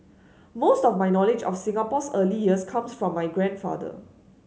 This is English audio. most of my knowledge of Singapore's early years comes from my grandfather